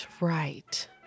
right